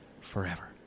forever